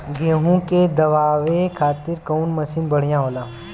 गेहूँ के दवावे खातिर कउन मशीन बढ़िया होला?